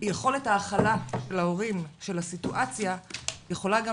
יכולת ההכלה של ההורים את הסיטואציה יכולה גם